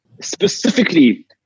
specifically